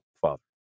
father